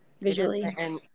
visually